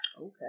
Okay